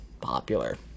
popular